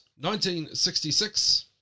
1966